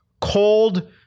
cold